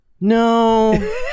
No